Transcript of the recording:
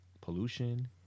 Pollution